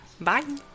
bye